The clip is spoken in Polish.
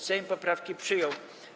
Sejm poprawki przyjął.